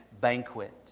banquet